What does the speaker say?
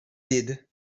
did